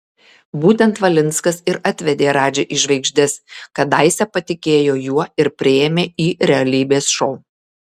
būtent valinskas ir atvedė radži į žvaigždes kadaise patikėjo juo ir priėmė į realybės šou